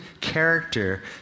character